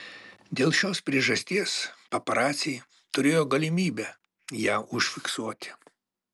dėl šios priežasties paparaciai turėjo galimybę ją užfiksuoti